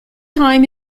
time